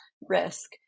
risk